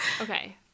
Okay